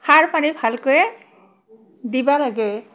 সাৰ পানী ভালকৈয়ে দিব লাগে